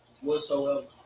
whatsoever